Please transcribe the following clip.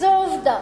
זאת עובדה.